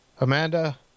Amanda